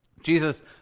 Jesus